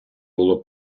було